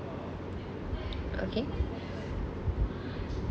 okay